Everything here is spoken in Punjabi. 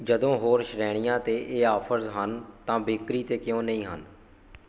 ਜਦੋਂ ਹੋਰ ਸ਼੍ਰੇਣੀਆਂ 'ਤੇ ਇਹ ਆਫ਼ਰਜ਼ ਹਨ ਤਾਂ ਬੇਕਰੀ 'ਤੇ ਕਿਉਂ ਨਹੀਂ ਹਨ